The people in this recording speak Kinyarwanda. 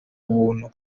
buntu